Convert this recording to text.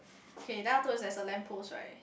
okay then afterwards there's a lamp post right